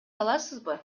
аласызбы